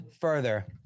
further